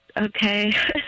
Okay